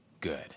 good